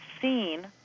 seen